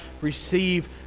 receive